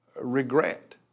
regret